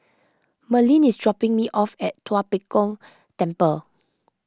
Merlyn is dropping me off at Tua Pek Kong Temple